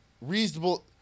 reasonable